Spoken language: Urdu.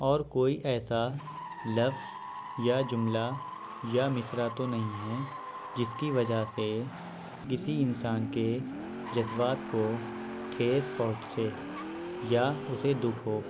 اور کوئی ایسا لفظ یا جملہ یا مصرع تو نہیں ہے جس کی وجہ سے کسی انسان کے جذبات کو ٹھیس پہنچے یا اسے دکھ ہو